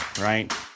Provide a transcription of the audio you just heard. right